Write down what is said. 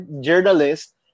journalist